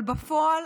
אבל בפועל,